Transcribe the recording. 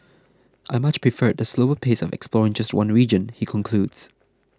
I much preferred the slower pace of exploring just one region he concludes